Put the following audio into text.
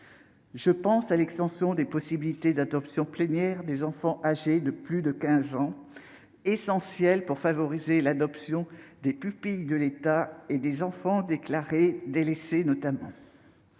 Je pense à l'extension des possibilités d'adoption plénière des enfants âgés de plus de 15 ans, essentielle pour favoriser l'adoption des pupilles de l'État et des enfants déclarés délaissés. Je pense